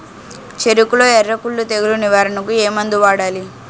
చెఱకులో ఎర్రకుళ్ళు తెగులు నివారణకు ఏ మందు వాడాలి?